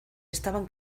estaban